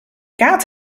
kaat